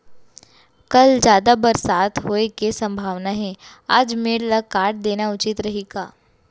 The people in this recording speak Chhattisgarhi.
कल जादा बरसात होये के सम्भावना हे, आज मेड़ ल काट देना उचित रही का?